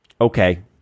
Okay